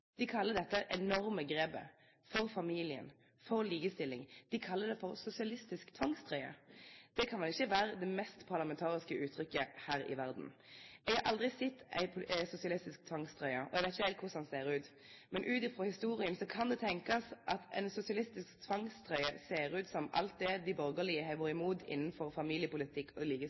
De kaller dette enorme grepet for familien og for likestilling en «sosialistisk tvangstrøye». Det kan vel ikke være det mest parlamentariske uttrykket her i verden. Jeg har aldri sett en sosialistisk tvangstrøye, og jeg vet ikke helt hvordan den ser ut. Men ut fra historien kan det tenkes at en sosialistisk tvangstrøye ser ut som alt det de borgerlige har vært imot innenfor familiepolitikk og